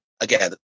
again